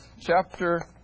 chapter